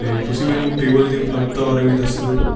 ਅਤੇ ਤੁਸੀਂ ਮੈਨੂੰ ਟੇਬਲ ਦੀ ਉਪਲੱਬਧਤਾ ਬਾਰੇ ਵੀ ਦੱਸ ਦਿਓ